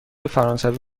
فرانسوی